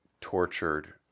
tortured